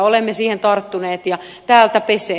olemme siihen tarttuneet ja täältä pesee